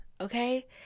okay